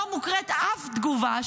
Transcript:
לא מוקראת אף תגובה,